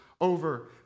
over